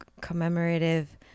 commemorative